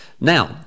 Now